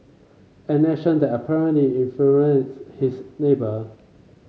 an action that apparently infuriates his neighbour